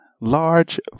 large